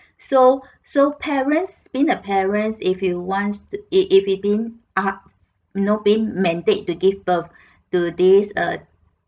so so parents being a parents if you wants to it if it being ask you know being mandate to give birth to this err